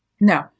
No